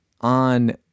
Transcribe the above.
on